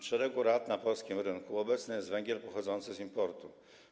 W szeregu... na polskim rynku obecny jest węgiel pochodzący z importu.